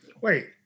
wait